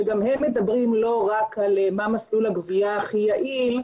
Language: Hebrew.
שגם הם מדברים לא רק על מסלול הגבייה הכי יעיל,